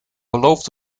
beloofd